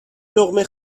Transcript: لقمه